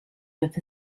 with